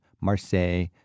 Marseille